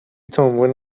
تومبون